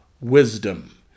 wisdom